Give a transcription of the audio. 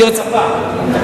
תעשה החלפה.